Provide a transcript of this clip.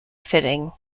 fitting